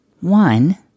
One